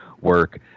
work